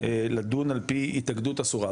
לדון על פי התאגדות אסורה,